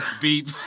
beep